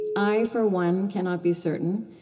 i, for one, cannot be certain.